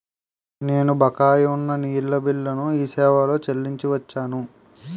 నేను బకాయి ఉన్న నీళ్ళ బిల్లును ఈ సేవాలో చెల్లించి వచ్చాను